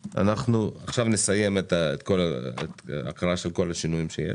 עכשיו נסיים את ההקראה של כל השינויים שיש.